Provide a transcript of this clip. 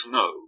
no